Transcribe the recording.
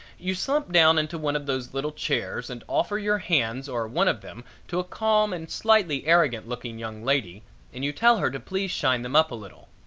you slump down into one of those little chairs and offer your hands or one of them to a calm and slightly arrogant looking young lady and you tell her to please shine them up a little.